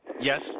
Yes